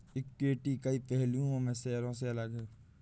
equity कई पहलुओं में शेयरों से अलग है